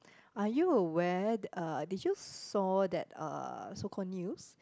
are you aware uh did you saw that uh so called news